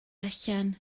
allan